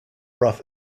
rough